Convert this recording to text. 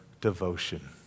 devotion